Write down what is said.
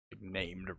named